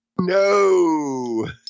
No